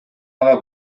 ага